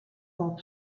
pop